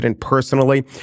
Personally